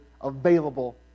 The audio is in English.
available